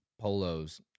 polos